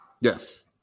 Yes